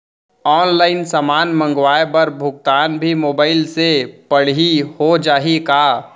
Online समान मंगवाय बर भुगतान भी मोबाइल से पड़ही हो जाही का?